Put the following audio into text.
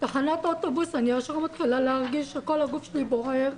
בתחנת אוטובוס אני ישר מתחילה להרגיש שכל הגוף שלי בוער,